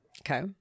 Okay